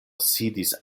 sidis